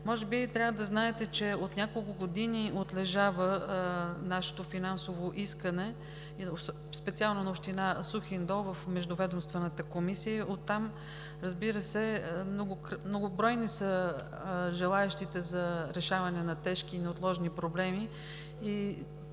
Може би трябва да знаете, че от няколко години отлежава нашето финансово искане – специално за община Сухиндол, в Междуведомствената комисия, а оттам, разбира се, са многобройни и желаещите за решаване на тежки и неотложни проблеми